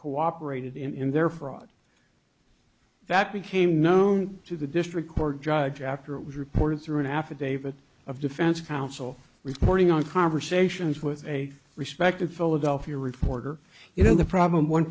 cooperated in in their fraud that became known to the district court judge after it was reported through an affidavit of defense counsel reporting on conversations with a respected philadelphia reporter you know the problem one